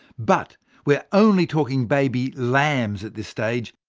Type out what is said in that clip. but we're only talking baby lambs at this stage